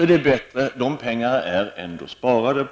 är det bättre att behålla sparbonusen, för dessa pengar är ändå sparade.